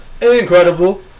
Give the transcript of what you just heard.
incredible